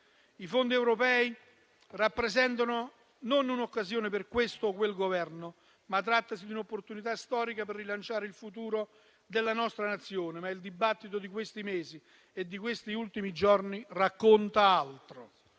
I fondi europei rappresentano non un'occasione per questo o quel Governo, ma un'opportunità storica per rilanciare il futuro della nostra Nazione, anche se il dibattito di questi mesi e degli ultimi giorni racconta altro.